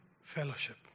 fellowship